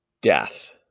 death